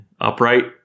upright